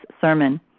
sermon